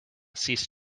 cease